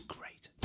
Great